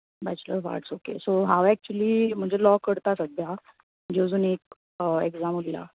bachelor of arts okay so हांव actually म्हजो law करतां सद्द्या म्हजी आजून एक एक्झाम उरला